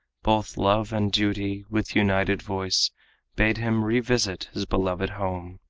both love and duty with united voice bade him revisit his beloved home,